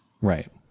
Right